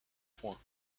points